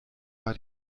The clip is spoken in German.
war